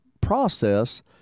process